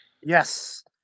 Yes